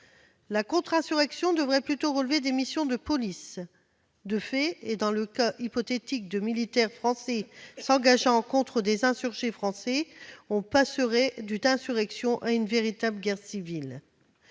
La contre-insurrection devrait plutôt relever des missions de police. De fait, dans le cas hypothétique où des militaires français seraient engagés contre des insurgés français, on passerait d'une insurrection à une véritable guerre civile.